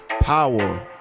power